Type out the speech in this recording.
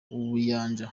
ubuyanja